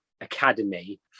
Academy